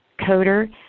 coder